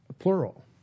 plural